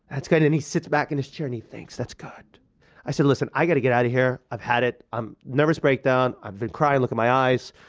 that's good, and he sits back in his chair and he thinks, that's good i said, listen, i gotta get out of here, i've had it, i'm, nervous breakdown, i've been crying, look at my eyes.